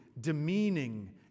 demeaning